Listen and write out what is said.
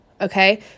Okay